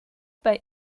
bei